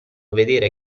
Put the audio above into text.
vedere